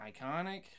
iconic